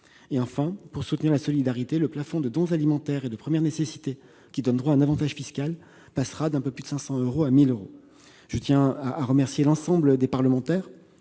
subventions. Pour soutenir la solidarité, le plafond des dons alimentaires et de première nécessité donnant droit à un avantage fiscal passera d'un peu plus de 500 euros à 1 000 euros. Je tiens à remercier l'ensemble des parlementaires,